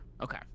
Okay